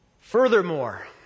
Furthermore